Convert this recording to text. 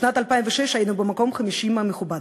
בשנת 2006 היינו במקום 50 המכובד.